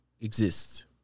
exists